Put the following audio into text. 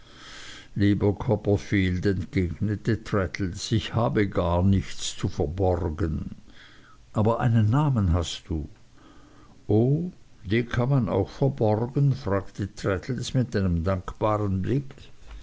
lieber copperfield entgegnete traddles ich habe gar nichts zu verborgen aber einen namen hast du o den kann man auch verborgen fragte traddles mit einem dankbaren blick